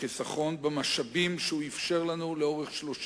ולחיסכון במשאבים שהוא אפשר לנו לאורך 30 שנה.